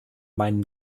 meinen